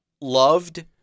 loved